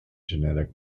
genetic